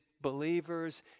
believers